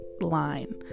line